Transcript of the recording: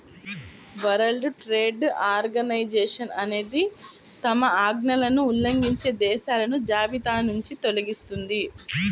world Trade Organization అనేది తమ ఆజ్ఞలను ఉల్లంఘించే దేశాలను జాబితానుంచి తొలగిస్తుంది